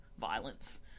violence